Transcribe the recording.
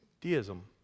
deism